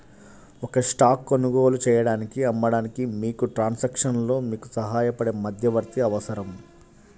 ఒక స్టాక్ కొనుగోలు చేయడానికి, అమ్మడానికి, మీకు ట్రాన్సాక్షన్లో మీకు సహాయపడే మధ్యవర్తి అవసరం